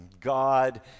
God